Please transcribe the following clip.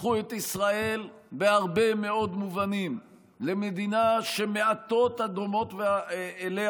הפכו את ישראל בהרבה מאוד מובנים למדינה שמעטות הדומות אליה,